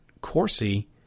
Corsi